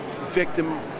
victim